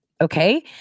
okay